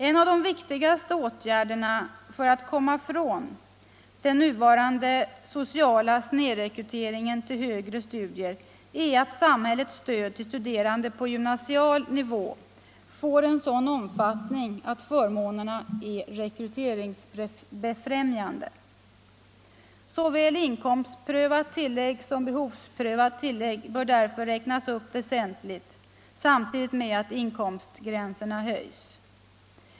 En av de viktigaste åtgärderna för att komma ifrån den nuvarande sociala snedrekryteringen till högre studier är att samhällets stöd till studerande på gymnasial nivå får en sådan omfattning att förmånerna är rekryteringsbefrämjande. Såväl inkomstprövat som behovsprövat tillägg bör därför räknas upp väsentligt samtidigt med att inkomstgränserna höjs.